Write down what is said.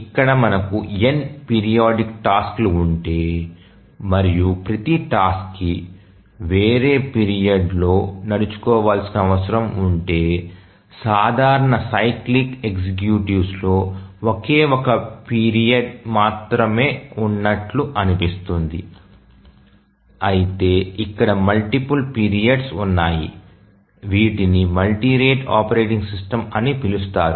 ఇక్కడ మనకు n periodic task లు ఉంటే మరియు ప్రతి టాస్క్కి వేరే పీరియడ్లో నడుచుకోవాల్సిన అవసరం ఉంటే సాధారణ సైక్లిక్ ఎగ్జిక్యూటివ్లో ఒకే ఒక పీరియడ్ మాత్రమే ఉన్నట్లు అనిపిస్తుందిఅయితే ఇక్కడ మల్టిపుల్ పీరియడ్స్ ఉన్నాయి వీటిని మల్టీ రేటు ఆపరేటింగ్ సిస్టమ్ అని పిలుస్తారు